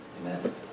Amen